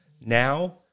Now